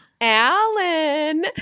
Alan